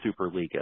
Superliga